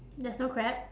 there's no crab